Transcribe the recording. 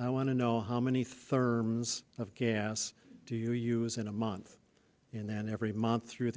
i want to know how many therms of gas do you use in a month and then every month throughout the